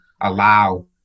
allow